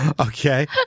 Okay